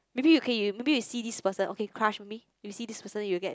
maybe you okay you maybe see this person okay crush maybe you see this person you will get